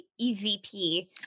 EVP